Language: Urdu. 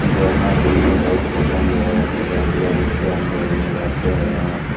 دوڑنا تو مجھے بہت پسند ہے اور صبح صبح اٹھ کے ہم دوڑنے جاتے ہیں